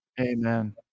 amen